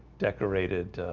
decorated,